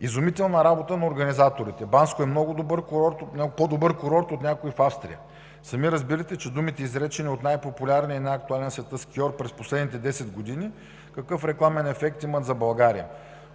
„Изумителна работа на организаторите. Банско е много добър курорт, по-добър от някои в Австрия.“ Сами разбирате, че думите, изречени от най-популярния и най актуален в света скиор през последните десет години, какъв рекламен ефект имат за България,